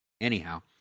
Anyhow